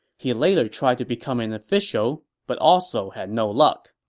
he later tried to become an official but also had no luck